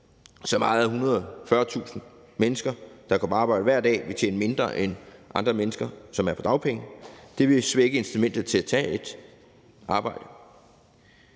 så meget, at 140.000 mennesker, der går på arbejde hver dag, vil tjene mindre end andre mennesker, som er på dagpenge. Det vil svække incitamentet til at tage et arbejde.